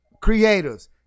creators